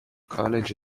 college